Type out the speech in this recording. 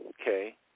Okay